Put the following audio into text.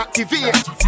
Activate